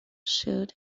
should